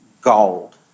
gold